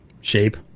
shape